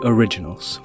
Originals